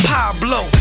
Pablo